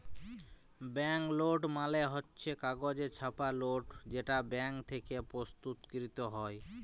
bank note মালে হচ্ছ কাগজে ছাপা লোট যেটা ব্যাঙ্ক থেক্যে প্রস্তুতকৃত হ্যয়